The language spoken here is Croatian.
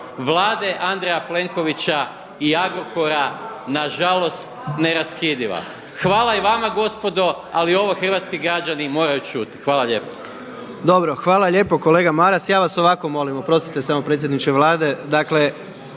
Vlade Andreja Plenkovića i Agrokora na žalost neraskidiva. Hvala i vama gospodo, ali ovo hrvatski građani moraju čuti. Hvala lijepo. **Jandroković, Gordan (HDZ)** Dobro, hvala lijepo kolega Maras. Ja vas ovako molim, oprostite samo predsjedniče Vlade.